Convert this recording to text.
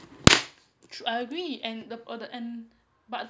true I agree and the all the and but